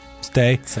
Stay